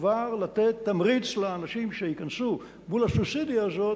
כבר לתת תמריץ לאנשים שייכנסו מול הסובסידיה הזאת,